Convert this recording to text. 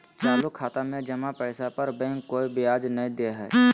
चालू खाता में जमा पैसा पर बैंक कोय ब्याज नय दे हइ